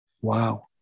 Wow